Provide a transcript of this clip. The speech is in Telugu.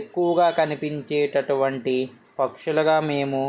ఎక్కువగా కనిపించేటటువంటి పక్షులుగా మేము